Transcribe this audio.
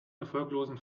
erfolglosen